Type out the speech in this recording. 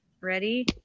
ready